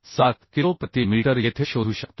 7 kilo प्रति metre येथे शोधू शकतो